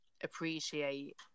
appreciate